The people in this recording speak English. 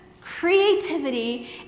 creativity